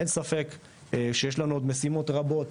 אין ספק שיש לנו עוד משימות רבות